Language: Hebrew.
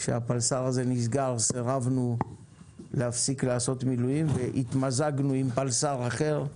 כשהפלס"ר הזה נסגר סירבנו להפסיק לעשות מילואים והתמזגנו עם פלס"ר אחר,